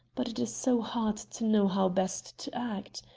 but it is so hard to know how best to act.